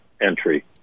entry